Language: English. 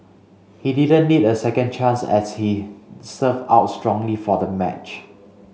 he didn't need a second chance as he served out strongly for the match